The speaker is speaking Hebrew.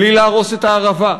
בלי להרוס את הערבה,